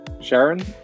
sharon